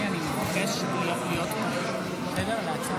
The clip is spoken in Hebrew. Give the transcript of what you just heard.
אני שמח להעלות היום לאישור לקריאה הראשונה את הצעת